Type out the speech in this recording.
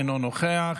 אינו נוכח,